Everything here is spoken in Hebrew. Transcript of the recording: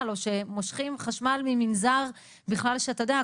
או שמושכים חשמל ממנזר בכלל שאתה יודע,